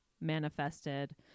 manifested